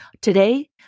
today